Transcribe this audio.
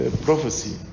prophecy